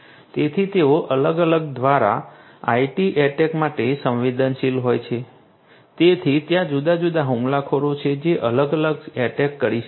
તેથી તેઓ અલગ અલગ દ્વારા IT અટૅક માટે સંવેદનશીલ હોય છે તેથી ત્યાં જુદા જુદા હુમલાખોરો છે જેઓ અલગ અલગ અટૅક કરી શકે છે